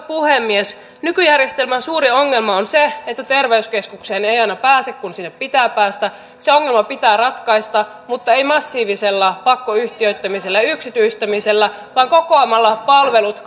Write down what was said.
puhemies nykyjärjestelmän suurin ongelma on se että terveyskeskukseen ei aina pääse kun sinne pitää päästä se ongelma pitää ratkaista mutta ei massiivisella pakkoyhtiöittämisellä yksityistämisellä vaan kokoamalla kaikki palvelut